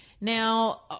Now